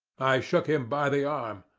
i shook him by the arm,